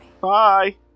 Bye